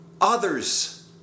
others